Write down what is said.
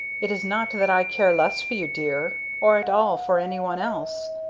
it is not that i care less for you dear, or at all for anyone else,